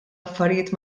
affarijiet